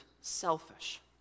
selfish